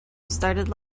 started